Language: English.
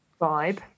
vibe